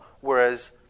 whereas